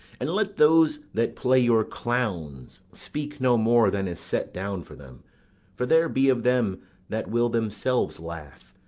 and let those that play your clowns speak no more than is set down for them for there be of them that will themselves laugh,